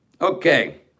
Okay